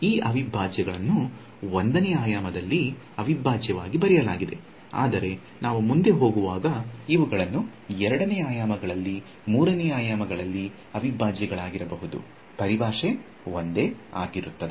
ಈ ಅವಿಭಾಜ್ಯಗಳನ್ನು 1 ನೇ ಆಯಾಮದಲ್ಲಿ ಅವಿಭಾಜ್ಯವಾಗಿ ಬರೆಯಲಾಗಿದೆ ಆದರೆ ನಾವು ಮುಂದೆ ಹೋಗುವಾಗ ಇವುಗಳು 2 ನೇ ಆಯಾಮಗಳಲ್ಲಿ 3 ನೇ ಆಯಾಮಗಳಲ್ಲಿ ಅವಿಭಾಜ್ಯಗಳಾಗಿರಬಹುದು ಪರಿಭಾಷೆ ಒಂದೇ ಆಗಿರುತ್ತದೆ